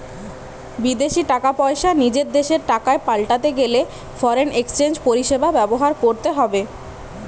বিদেশী টাকা পয়সা নিজের দেশের টাকায় পাল্টাতে গেলে ফরেন এক্সচেঞ্জ পরিষেবা ব্যবহার করতে হবে